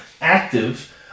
active